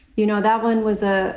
you know, that one was a